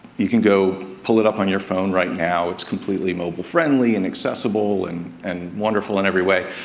you can go pull it up on your phone right now, it's completely mobile friendly, and accessible and and wonderful in every way,